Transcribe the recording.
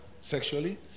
sexually